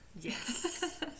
Yes